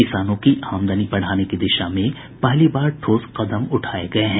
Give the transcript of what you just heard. किसानों की आमदनी बढ़ाने की दिशा में पहली बार ठोस कदम उठाये गये हैं